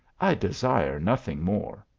i desire nothing more,